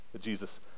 Jesus